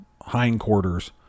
hindquarters